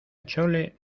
chole